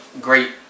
great